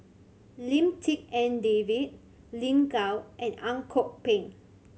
Lim Tik En David Lin Gao and Ang Kok Peng